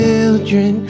children